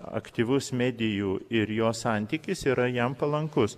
aktyvus medijų ir jo santykis yra jam palankus